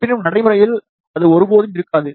இருப்பினும் நடைமுறையில் அது ஒருபோதும் இருக்காது